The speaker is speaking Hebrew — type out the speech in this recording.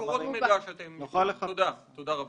תודה רבה.